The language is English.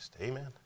Amen